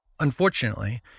Unfortunately